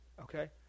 Okay